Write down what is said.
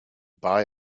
buy